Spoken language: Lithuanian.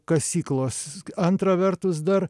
kasyklos antra vertus dar